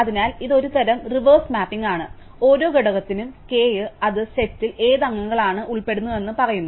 അതിനാൽ ഇത് ഒരു തരം റിവേഴ്സ് മാപ്പിംഗ് ആണ് ഓരോ ഘടകത്തിനും k അത് സെറ്റിൽ ഏത് അംഗങ്ങളാണ് ഉൾപ്പെടുന്നതെന്ന് ഞങ്ങളോട് പറയുന്നു